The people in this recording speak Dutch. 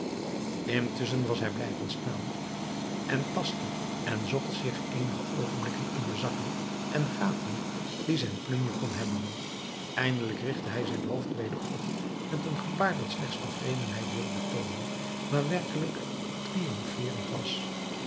intusschen was hij blijven staan en tastte en zocht sinds eenige oogenblikken in alle zakken en gaten die zijn plunje kon hebben eindelijk richtte hij het hoofd weder op met een gebaar dat slechts tevredenheid wilde toonen maar werkelijk triumfeerend was